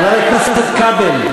חבר הכנסת כבל,